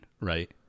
Right